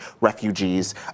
Refugees